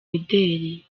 imideli